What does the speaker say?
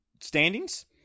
standings